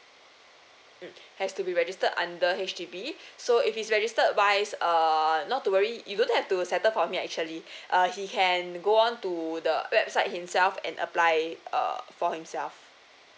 mm has to be registered under H_D_B so if it's registered wise err not to worry you don't have to settle for him actually err he can go on to the website himself and apply err for himself